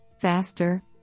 Faster